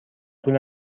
طول